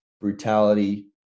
Brutality